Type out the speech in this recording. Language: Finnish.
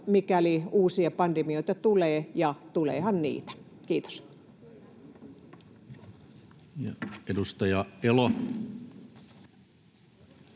mikäli uusia pandemioita tulee, ja tuleehan niitä. — Kiitos. [Speech 6]